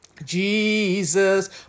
Jesus